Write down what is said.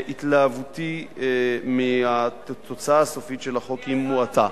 התלהבותי מהתוצאה הסופית של החוק היא מועטה.